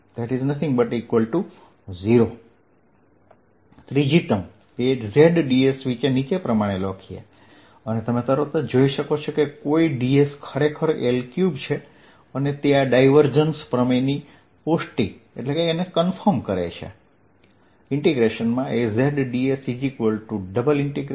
dsAyy2dxdz|yL2 y2dxdz|y L20 ત્રીજી term Azdsવિશે નીચે પ્રમાણે લખીએ તમે તરત જ જોઈ શકો છો કે કોઈ ds ખરેખર L3 છે અને તે આ ડાયવર્જન્સ પ્રમેયની પુષ્ટિ કરે છે